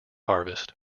harvest